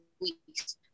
weeks